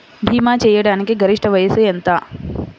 భీమా చేయాటానికి గరిష్ట వయస్సు ఎంత?